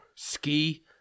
Ski